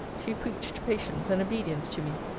she preached patience and obedience to me.